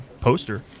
poster